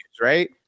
right